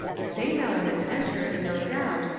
the same element en ters, no doubt,